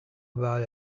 about